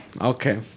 okay